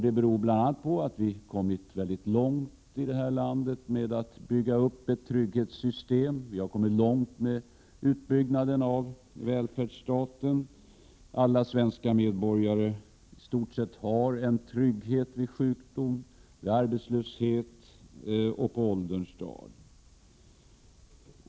Det beror bl.a. på att vi kommit mycket långt med att i det här landet bygga upp ett trygghetssystem. Vi har kommit långt med utbyggnaden av välfärdsstaten. I stort sett har alla svenska medborgare en trygghet vid sjukdom, arbetslöshet och på ålderns dagar.